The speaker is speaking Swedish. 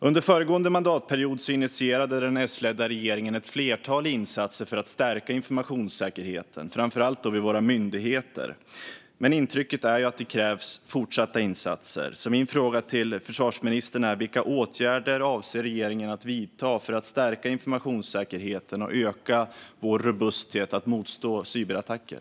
Under föregående mandatperiod initierade den S-ledda regeringen ett flertal insatser för att stärka informationssäkerheten, framför allt hos våra myndigheter. Intrycket är dock att fortsatta insatser krävs. Min fråga till försvarsministern är: Vilka åtgärder avser regeringen att vidta för att stärka informationssäkerheten och öka vår robusthet att motstå cyberattacker?